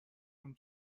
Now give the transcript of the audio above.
اون